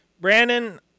brandon